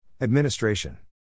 Administration